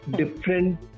different